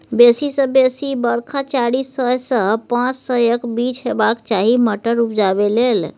बेसी सँ बेसी बरखा चारि सय सँ पाँच सयक बीच हेबाक चाही मटर उपजाबै लेल